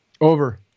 over